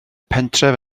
pentref